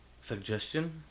suggestion